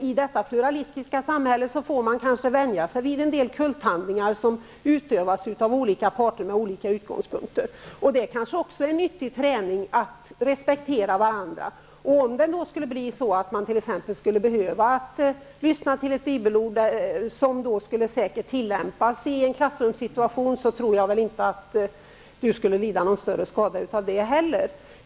I detta pluralistiska samhälle får man kanske vänja sig vid en del kulthandlingar som utövas av olika människor med olika utgångspunkter. Det kanske är nyttig träning i att respektera varandra. Om man då skulle behöva lyssna till ett bibelord i en klassrumssituation, tror jag inte att man skulle få någon större skada av det heller.